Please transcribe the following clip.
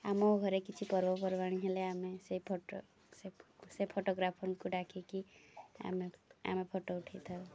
ଆମ ଘରେ କିଛି ପର୍ବପର୍ବାଣି ହେଲେ ଆମେ ସେ ଫଟୋ ସେ ସେ ଫଟୋଗ୍ରାଫର୍ଙ୍କୁ ଡାକିକି ଆମେ ଆମେ ଫଟୋ ଉଠାଇଥାଉ